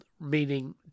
meaning